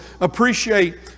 appreciate